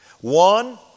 One